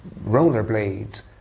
rollerblades